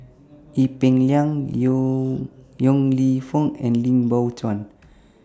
Ee Peng Liang Yo Yong Lew Foong and Lim Biow Chuan